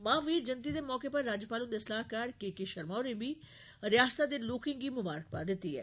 महावीर जयन्ति दे मौके पर राज्यपाल हुन्दे सलाहकार के के शर्मा होरें बी रियासता दे लोकें गी मुबारकबाद दित्ती ऐ